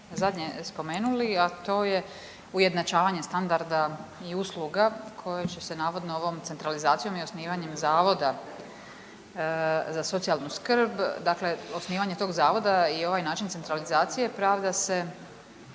zadnje spomenuli, a to je ujednačavanje standarda i usluga koje će se navodno ovom centralizacijom i osnivanjem zavoda za socijalnu skrb. Dakle, osnivanje tog zavoda i ovaj način centralizacije pravda se